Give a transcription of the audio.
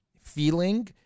feeling